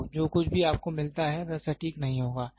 तो जो कुछ भी आपको मिलता है वह सटीक नहीं होगा